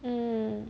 mm